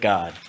God